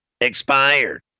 expired